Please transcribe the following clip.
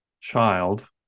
child